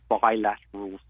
bilateral